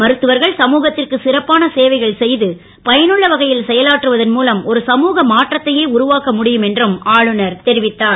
மருத்துவர்கள் சமூகத் ற்கு சிறப்பான சேவைகள் செ து பயனுள்ள வகை ல் செயலாற்றுவதன் மூலம் ஒரு சமூக மாற்றத்தையே உருவாக்க முடியும் என்று ஆளுநர் தெரிவித்தார்